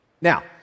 Now